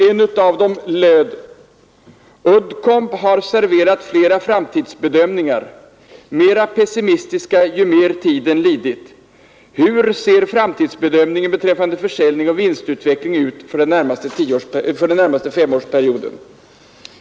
En av dem löd: Uddcomb har serverat flera framtidsbedömningar, mera pessimistiska ju mer tiden lidit. Hur ser framtidsbedömningen beträffande försäljningen och vinstutvecklingen ut för den närmaste femårsperioden?